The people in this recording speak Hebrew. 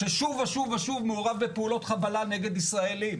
ששוב ושוב ושוב מעורב בפעולות חבלה כנגד ישראלים?